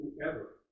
Whoever